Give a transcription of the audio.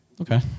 Okay